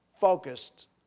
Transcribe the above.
focused